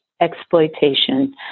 exploitation